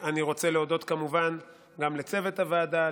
אני רוצה להודות כמובן גם לצוות הוועדה,